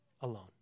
alone